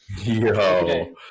Yo